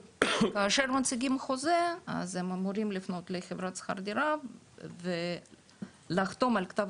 כאשר מציגים חוזה אז הם אמורים לפנות לחברת שכר דירה ולחתום על כתב